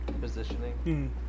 positioning